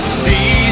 see